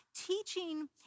teaching